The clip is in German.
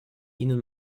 ihnen